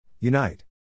Unite